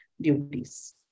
duties